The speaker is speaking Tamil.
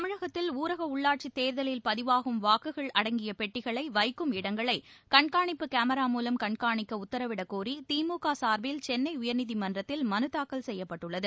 தமிழகத்தில் ஊரக உள்ளாட்சித் தேர்தலில் பதிவாகும் வாக்குகள் அடங்கிய பெட்டிகளை வைக்கும் இடங்களை கண்கானிப்பு கேமரா மூலம் கண்காணிக்க உத்தரவிடக் கோரி திமுக சார்பில் சென்னை உயர்நீதிமன்றத்தில் மனுதாக்கல் செய்யப்பட்டுள்ளது